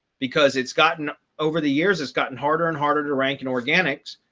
because it's gotten over the years, it's gotten harder and harder to rank in organics,